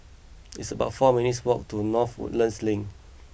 it's about four minutes' walk to North Woodlands Link